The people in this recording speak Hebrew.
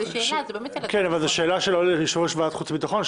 זאת לא שאלה ליושב-ראש ועדת חוץ וביטחון,